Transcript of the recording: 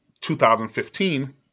2015